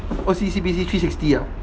O_C_B_C three sixty ah